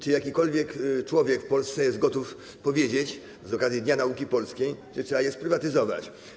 Czy jakikolwiek człowiek w Polsce jest gotów powiedzieć z okazji Dnia Nauki Polskiej, że trzeba je sprywatyzować?